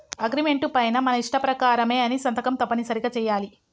agreement పైన మన ఇష్ట ప్రకారమే అని సంతకం తప్పనిసరిగా చెయ్యాలి